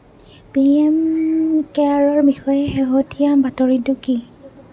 P M কেয়াৰৰ বিষয়ে শেহতীয়া বাতৰিটো কি